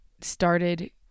started